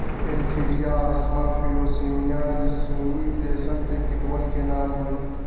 Antheraea assama Philosamia ricini रेशम के कीटवन के नाम हई